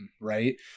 right